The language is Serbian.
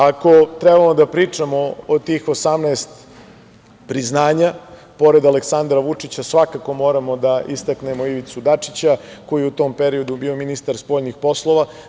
Ako trebamo da pričamo o tih 18 priznanja, pored Aleksandra Vučića, svakako moramo da istaknemo Ivicu Dačića koji je u tom periodu bio ministar spoljnih poslova.